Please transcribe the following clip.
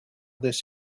this